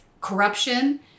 corruption